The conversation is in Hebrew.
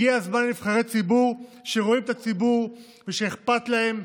הגיע הזמן לנבחרי ציבור שרואים את הציבור ושאכפת להם,